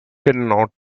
cannot